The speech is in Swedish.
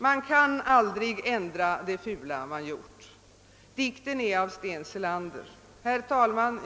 Man kan aldrig ändra det fula man gjort.» Dikten är av Sten Selander. Herr talman!